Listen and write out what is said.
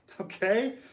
okay